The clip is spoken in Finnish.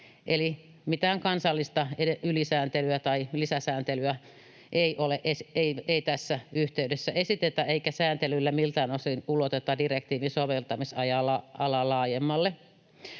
eli mitään kansallista ylisääntelyä tai lisäsääntelyä ei tässä yhteydessä esitetä, eikä sääntelyä miltään osin uloteta direktiivin soveltamisalaa laajemmalle.